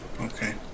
Okay